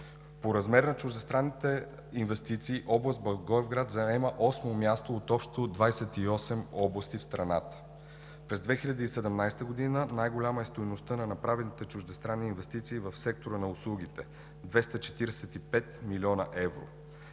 По размер на чуждестранните инвестиции област Благоевград заема осмо място от общо 28 области в страната. През 2017 г. най-голяма е стойността на направените чуждестранни инвестиции в сектора на услугите – 245 млн. евро.